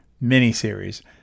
mini-series